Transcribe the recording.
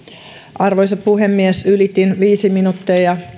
arvoisa puhemies ylitin viisi minuuttia ja